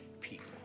people